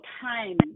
time